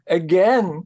again